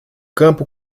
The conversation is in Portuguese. campo